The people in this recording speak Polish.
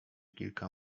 kilka